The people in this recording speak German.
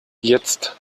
jetzt